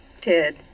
Ted